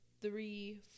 three